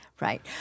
Right